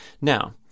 Now